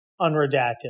Unredacted